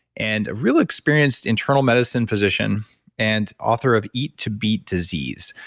and a real experienced internal medicine physician and author of eat to beat disease,